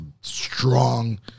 Strong